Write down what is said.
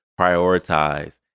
prioritize